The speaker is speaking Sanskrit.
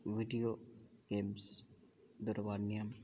वीडियो गेम्स् दूरवाण्यां